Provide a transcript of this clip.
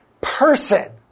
person